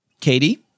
Katie